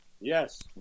Yes